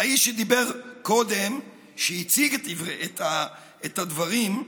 והאיש שדיבר קודם, שהציג את הדברים,